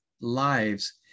lives